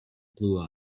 blue